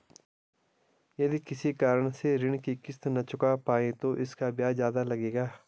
यदि किसी कारण से ऋण की किश्त न चुका पाये तो इसका ब्याज ज़्यादा लगेगा?